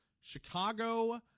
Chicago